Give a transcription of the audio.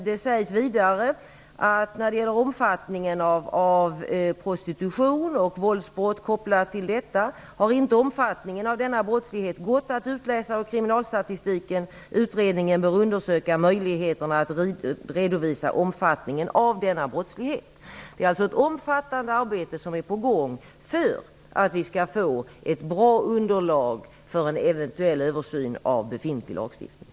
Det sägs vidare att omfattningen av prostitution och våldsbrott kopplade till prostitution inte har gått att utläsa av kriminalstatistiken. Utredningen bör undersöka möjligheterna att redovisa omfattningen av denna brottslighet. Det är alltså ett omfattande arbete som är på gång för att vi skall få ett bra underlag för en eventuell översyn av befintlig lagstiftning.